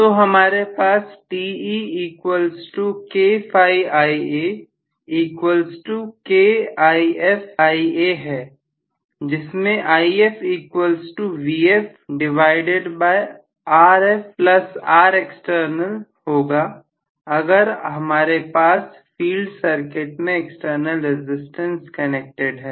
तो हमारे पास है जिसमें होगा अगर हमारे पास फील्ड सर्किट में एक्सटर्नल रसिस्टेंस कनेक्टेड है